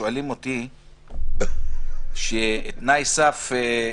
שואלים אותי לגבי תנאי סף,